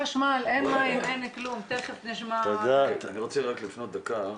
אני רוצה רק לפנות דקה